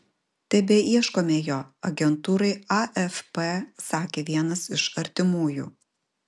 tebeieškome jo agentūrai afp sakė vienas iš artimųjų